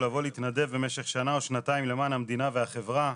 לבוא להתנדב במשך שנה או שנתיים למען המדינה והחברה,